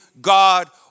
God